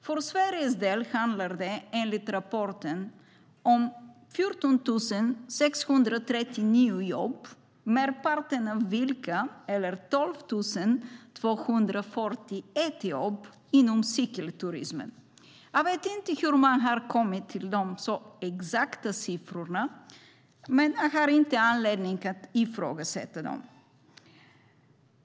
För Sveriges del handlar det, enligt rapporten, om 14 639 jobb, merparten av dem, eller 12 241 jobb, inom cykelturismen. Jag vet inte hur man har kommit fram till de så exakta siffrorna, men jag har inte anledning att ifrågasätta dem.